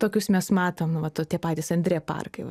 tokius mes matom nu vat tie patys andre parkai